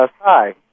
hi